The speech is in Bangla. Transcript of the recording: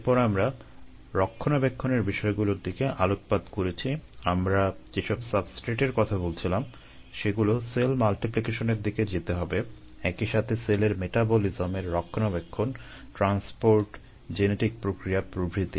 এরপর আমরা রক্ষণাবেক্ষণের বিষয়গুলোর দিকে আলোকপাত করেছি আমরা যেসব সাবস্ট্রেটের কথা বলছিলাম সেগুলো সেল মাল্টিপ্লিকেশনের প্রক্রিয়া প্রভৃতি